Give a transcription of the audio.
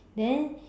then